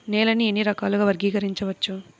నేలని ఎన్ని రకాలుగా వర్గీకరించవచ్చు?